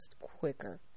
quicker